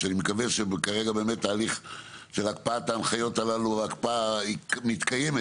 שאני מקווה שכרגע באמת תהליך של הקפאת ההנחיות הללו ההקפאה מתקיימת,